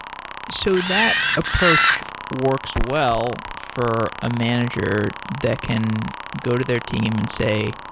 so that approach works well for a manager that can go to their team and say,